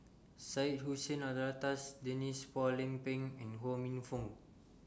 Syed Hussein Alatas Denise Phua Lay Peng and Ho Minfong